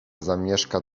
zamieszka